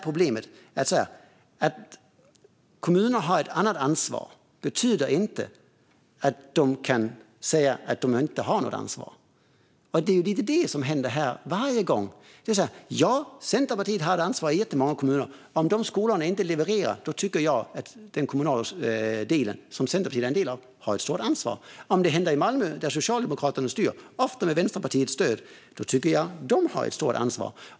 Problemet är detta: Att kommunerna har ett annat ansvar betyder inte att de kan säga att de inte har något ansvar. Det är ju det här som händer varje gång. Ja, Centerpartiet har ansvar i jättemånga kommuner. Om de skolorna inte levererar tycker jag att kommunen, som Centerpartiet är en del av, har ett stort ansvar för det. Om det händer i Malmö, där Socialdemokraterna styr, ofta med Vänsterpartiets stöd, tycker jag att de har ett stort ansvar.